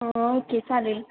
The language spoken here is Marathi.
ओके चालेल